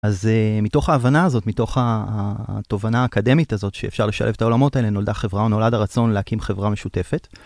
אז מתוך ההבנה הזאת, מתוך התובנה האקדמית הזאת שאפשר לשלב את העולמות האלה, נולדה חברה... נולד הרצון להקים חברה משותפת.